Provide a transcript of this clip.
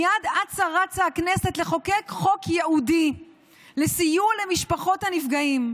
מייד אצה-רצה הכנסת לחוקק חוק ייעודי לסיוע למשפחות הנפגעים,